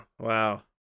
Wow